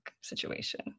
situation